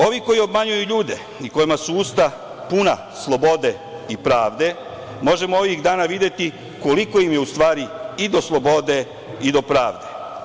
Ovi koji obmanjuju ljude i kojima su usta puna slobode i pravde možemo ovih dana videti koliko im je i do slobode i do pravde.